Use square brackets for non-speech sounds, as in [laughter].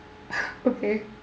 [laughs] okay